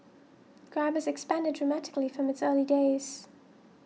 grab has expanded dramatically from its early days